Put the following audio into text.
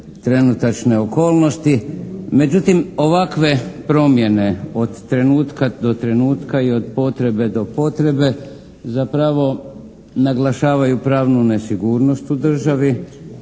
trenutačne okolnosti, međutim ovakve promjene od trenutka do trenutka i od potrebe do potrebe, zapravo naglašavaju pravnu nesigurnost u državi